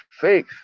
faith